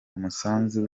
umusanzu